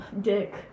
Dick